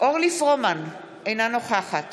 אורלי פרומן, אינה נוכחת